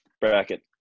bracket